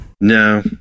No